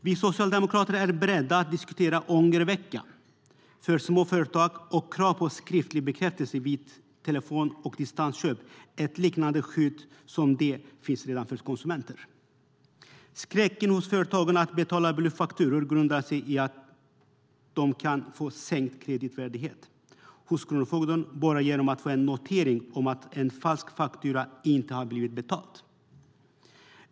Vi socialdemokrater är beredda att diskutera ångervecka för små företag och krav på skriftlig bekräftelse vid telefon och distansköp, det vill säga ett liknande skydd som redan finns för konsumenter. Skräcken hos företagen när det gäller att betala bluffakturor grundar sig i att de kan få sänkt kreditvärdighet hos kronofogden bara genom att få en notering om att en falsk faktura inte har blivit betald.